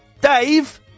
Dave